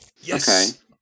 Yes